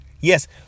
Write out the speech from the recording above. Yes